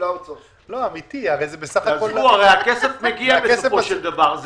הרי הכסף מגיע בסופו של דבר.